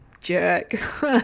jerk